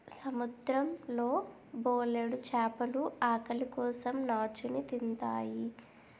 సముద్రం లో బోలెడు చేపలు ఆకలి కోసం నాచుని తింతాయి